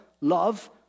love